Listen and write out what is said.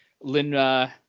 Lynn